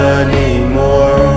anymore